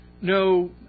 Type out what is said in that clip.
no